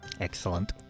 Excellent